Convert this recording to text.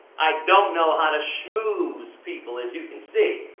i don't know how to schmooze people, as you can see.